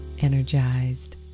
energized